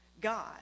God